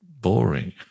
boring